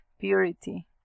purity